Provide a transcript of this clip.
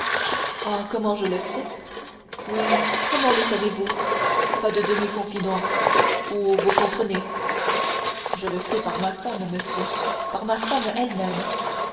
ah comment je le sais oui comment le savez-vous pas de demi-confidence ou vous comprenez je le sais par ma femme monsieur par ma femme elle-même